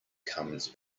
comes